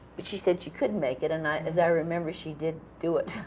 but she said she couldn't make it, and i as i remember, she did do it.